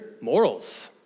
morals